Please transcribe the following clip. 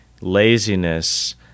laziness